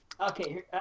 Okay